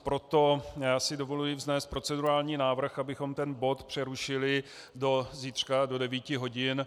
Proto si dovoluji vznést procedurální návrh, abychom bod přerušili do zítřka do devíti hodin.